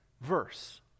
verse